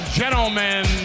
gentlemen